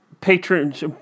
patrons